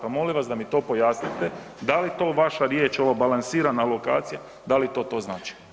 Pa molim vas da mi to pojasnite da li to vaša riječ ovo balansirana alokacija, da li to to znači?